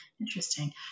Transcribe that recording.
Interesting